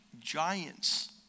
giants